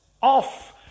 off